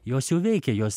jos jau veikė jos